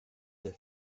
the